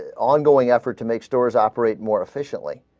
ah ongoing effort to make stores operate more efficiently